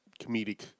comedic